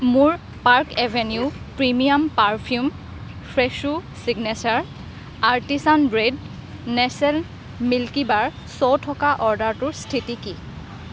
মোৰ Park Avenue premium perfume ফ্ৰেছো signature artisan bread Nestle Milkybar চ' থকা অৰ্ডাৰটোৰ স্থিতি কি